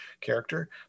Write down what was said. character